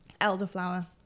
elderflower